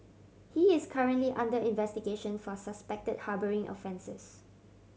he is currently under investigation for suspect harbouring offences